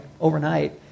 overnight